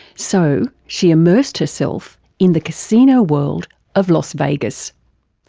so she immersed herself in the casino world of las vegas.